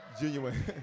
Genuine